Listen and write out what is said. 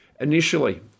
Initially